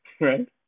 right